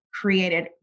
created